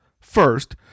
First